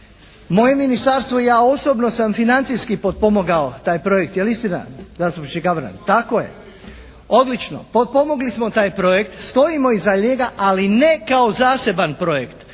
moje ministarstvo i ja osobno sam financijski potpomogao taj projekt. Je li istina zastupniče Gavran? Tako je. Odlično. Potpomogli smo taj projekt, stojimo iza njega ali ne kao zaseban projekt